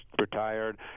retired